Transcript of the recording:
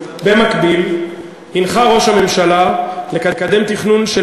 במקביל הנחה ראש הממשלה לקדם תכנון של